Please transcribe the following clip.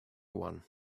one